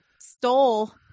stole